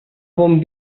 bon